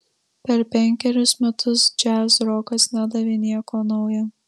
per penkerius metus džiazrokas nedavė nieko nauja